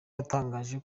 yatangaje